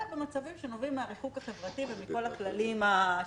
אלא במצבים שנובעים מהריחוק החברתי ומכל הכללים שמסביב.